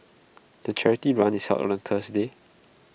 the charity run is held on A Thursday